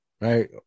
right